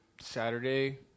Saturday